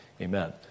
amen